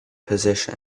position